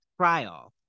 trial